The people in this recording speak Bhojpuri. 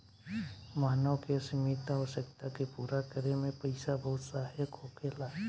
मानव के असीमित आवश्यकता के पूरा करे में पईसा बहुत सहायक होखेला